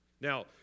Now